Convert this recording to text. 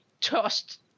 tossed